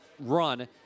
run